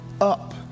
up